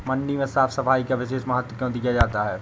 मंडी में साफ सफाई का विशेष महत्व क्यो दिया जाता है?